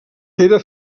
era